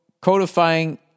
codifying